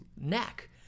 neck